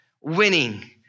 winning